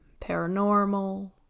paranormal